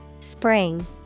Spring